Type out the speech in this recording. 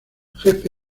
jefe